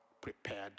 prepared